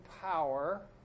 power